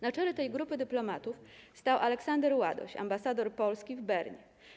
Na czele tej grupy dyplomatów stał Aleksander Ładoś, ambasador Polski w Bernie.